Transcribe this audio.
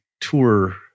tour